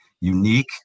unique